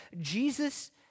Jesus